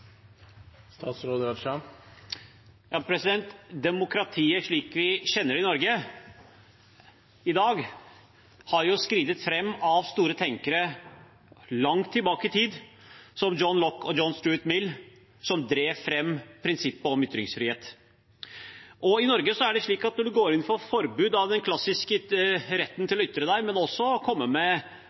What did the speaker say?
Demokratiet slik vi kjenner det i Norge i dag, har skredet fram av store tenkere, langt tilbake i tid, som John Locke og John Stuart Mill, som drev fram prinsippet om ytringsfrihet. I Norge er det slik at når man går inn for forbud av den klassiske retten til å ytre seg, men også til å komme med